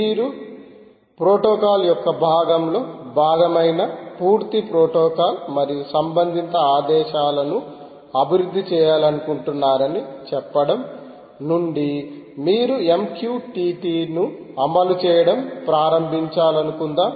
మీరు ప్రోటోకాల్ యొక్క భాగంలో భాగమైన పూర్తి ప్రోటోకాల్ మరియు సంబంధిత ఆదేశాలను అభివృద్ధి చేయాలనుకుంటున్నారని చెప్పడం నుండి మీరు MQTT ను అమలు చేయడం ప్రారంభించాలనుకుందాం